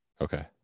Okay